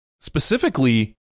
Specifically